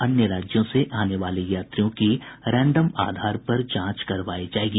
अन्य राज्यों से आने वाले यात्रियों की रैंडम आधार पर जांच करवायी जायेगी